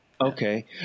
Okay